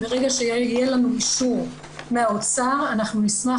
ברגע שיהיה לנו אישור מהאוצר אנחנו נשמח